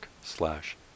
slash